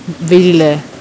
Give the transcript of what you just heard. really leh